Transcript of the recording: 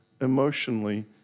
emotionally